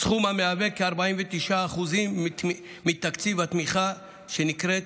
סכום שהוא כ-49% מתקציב התמיכה הנקראת